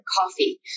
coffee